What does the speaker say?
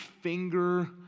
finger